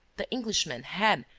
the englishman had,